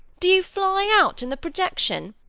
do you fly out in the projection?